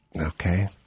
Okay